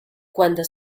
cuando